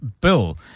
bill